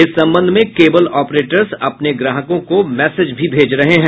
इस संबंध में केबल ऑपरेटर्स अपने ग्राहकों को मैसेज भी भेज रहे हैं